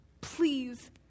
please